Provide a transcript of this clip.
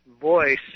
voice